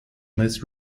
most